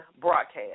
broadcast